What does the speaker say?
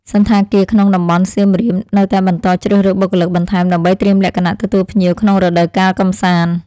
សណ្ឋាគារក្នុងតំបន់សៀមរាបនៅតែបន្តជ្រើសរើសបុគ្គលិកបន្ថែម ដើម្បីត្រៀមលក្ខណៈទទួលភ្ញៀវក្នុងរដូវកាលកំសាន្ត។